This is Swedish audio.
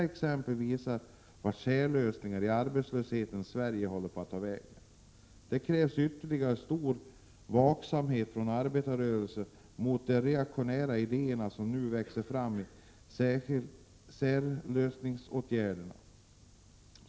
Exemplet visar hur särlösningar i arbetslöshetens Sverige börjar slå. Det krävs ytterligt stor vaksamhet från arbetarrörelsen mot de reaktionära idéer som nu växer fram i form av särlösningar.